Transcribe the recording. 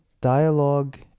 dialogue